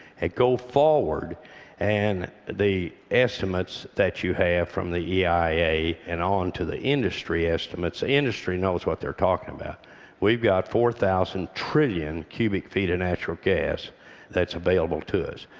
and go forward and the estimates that you have from the eia and onto the industry estimates the industry knows what they're talking about we've got four thousand trillion cubic feet of natural gas that's available to us.